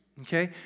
Okay